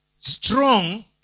strong